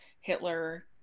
hitler